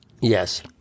yes